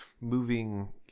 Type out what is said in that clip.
moving